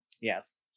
Yes